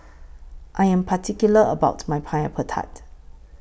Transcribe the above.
I Am particular about My Pineapple Tart